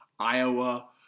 Iowa